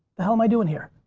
the hell am i doing here?